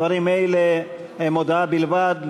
דברים אלה הם הודעה בלבד,